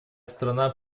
страна